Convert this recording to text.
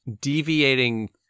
deviating